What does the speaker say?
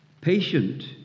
patient